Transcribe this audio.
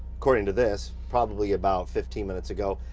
according to this, probably about fifteen minutes ago,